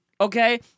Okay